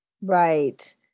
Right